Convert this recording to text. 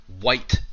White